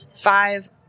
five